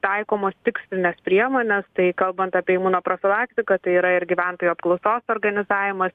taikomos tikslinės priemonės tai kalbant apie imunoprofilaktiką tai yra ir gyventojų apklausos organizavimas